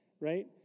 right